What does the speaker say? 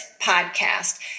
podcast